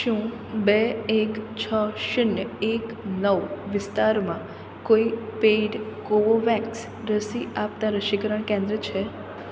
શું બે એક છ શૂન્ય એક નવ વિસ્તારમાં કોઈ પેઈડ કોવોવેક્સ રસી આપતાં રસીકરણ કેન્દ્ર છે